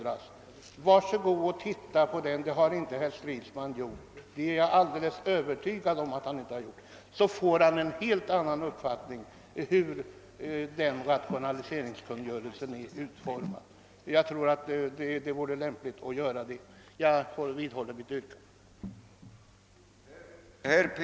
Men var snäll och studera rationaliseringskungörelsen — jag är alldeles övertygad om att herr Stridsman inte har gjort det — så får herr Stridsman en helt annan uppfattning om utformningen. Jag vidhåller mitt yrkande.